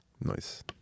Nice